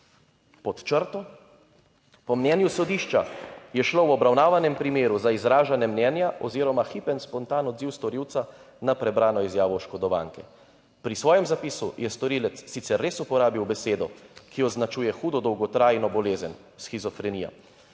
Pod črto, po mnenju sodišča je šlo v obravnavanem primeru za izražanje mnenja oziroma hipen spontan odziv storilca na prebrano izjavo oškodovanke. Pri svojem zapisu je storilec sicer res uporabil besedo, ki označuje hudo, dolgotrajno bolezen, shizofrenijo,